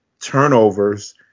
turnovers